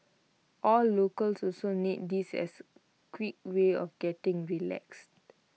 all locals also need this as quick way of getting relaxed